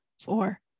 four